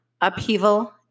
upheaval